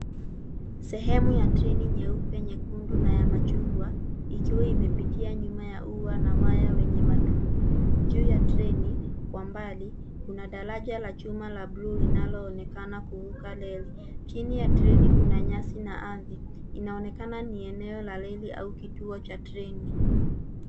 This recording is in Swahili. Sehemu ya treni nyeupe, nyekundu na ya machungwa ikiwa imepitia nyuma ya ua na waya wenye matundu. Juu ya treni, kwa mbali, kuna daraja la chuma la buluu linaloonekana kuvuka reli. Chini ya treni kuna nyasi na ardhi. Inaonekana ni eneo la reli au kituo cha treni.